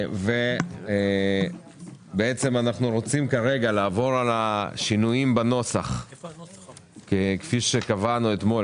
אנחנו רוצים כרגע לעבור על השינויים בנוסח כפי שקבענו אתמול,